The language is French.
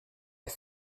est